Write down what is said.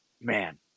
man